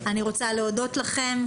אני רוצה להודות לכם.